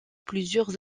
plusieurs